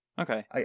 Okay